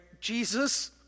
Jesus